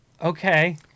Okay